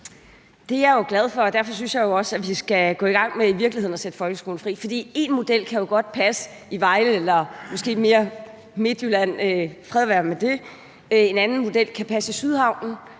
Det er jeg glad for, og derfor synes jeg jo også, at vi skal gå i gang med i virkeligheden at sætte folkeskolen fri. For én model kan jo godt passe i Vejle eller et sted, der mere ligger i Midtjylland – fred være med det – en anden model kan passe i Sydhavnen,